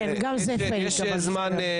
כן, גם זה חלק מה --- יש זמן.